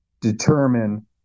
determine